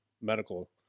medical